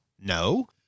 No